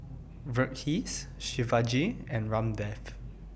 Verghese Shivaji and Ramdev